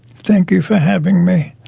thank you for having me.